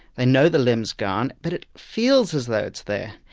they know the limb's gone but it feels as though it's there,